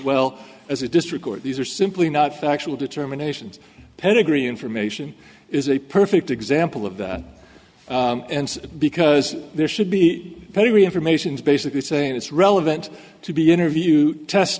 well as a district court these are simply not factual determinations pedigree information is a perfect example of that and because there should be very informations basically saying it's relevant to be interviewed test